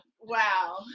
Wow